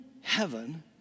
heaven